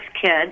kids